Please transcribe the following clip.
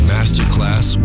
Masterclass